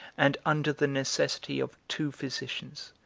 and under the necessity of two physicians,